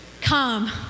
come